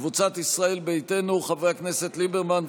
קבוצת סיעת ישראל ביתנו: חברי הכנסת אביגדור ליברמן,